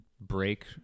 break